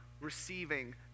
receiving